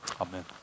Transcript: amen